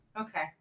Okay